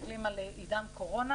מסתכלים על עידן קורונה